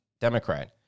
Democrat